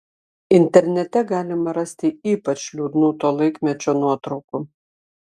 internete galima rasti ypač liūdnų to laikmečio nuotraukų